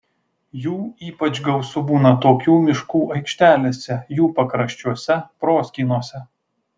jų ypač gausu būna tokių miškų aikštelėse jų pakraščiuose proskynose